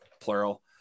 plural